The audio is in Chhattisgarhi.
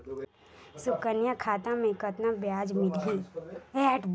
सुकन्या खाता मे कतना ब्याज मिलही?